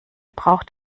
braucht